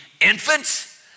infants